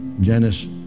Janice